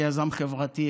כיזם חברתי,